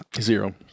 Zero